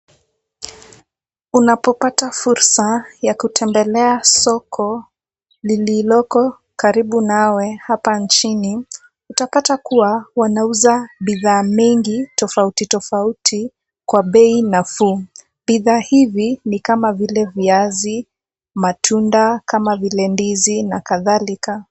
Unapopata fursa ya kutembelea soko lililoko karibu nawe hapa nchini, utapata kuwa wanauza bidhaa mengi tofauti tofauti, kwa bei nafuu. Bidhaa hivi ni kama vile viazi, matunda, kama vile ndizi, na kadhalika.